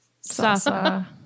Sasa